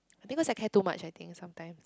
I think cause I care too much I think sometimes